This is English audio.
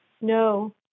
No